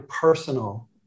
personal